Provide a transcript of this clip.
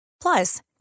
Plus